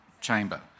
chamber